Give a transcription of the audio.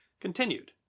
continued